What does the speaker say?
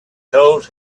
told